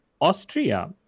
austria